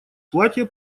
платье